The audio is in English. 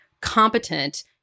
competent